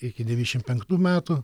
iki devyšim penktų metų